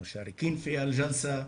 המשתתפים בישיבה הזו,